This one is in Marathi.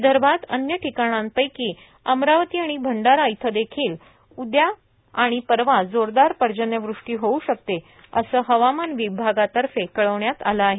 विदर्भात अन्य ठिकाणांपैकी अमरावती आणि भंडारा इथं देखिल आज उद्या आणि परवा जोरदार पर्जन्यवृष्टी होऊ शकते असं हवामान विभागातर्फे कळवण्यात आलं आहे